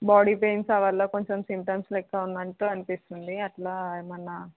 body pains వల్ల కొంచెం symptoms లెక్క ఉన్నట్టు అనిపిస్తుంది అట్లా ఏమైనా